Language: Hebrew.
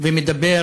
ומדבר